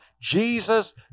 Jesus